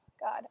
God